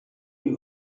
you